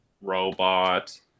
robot